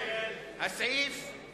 ההסתייגות של חבר הכנסת יעקב אדרי לסעיף 18,